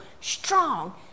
strong